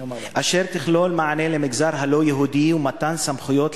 אשר תכלול מענה למגזר הלא-יהודי ומתן סמכויות